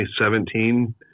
2017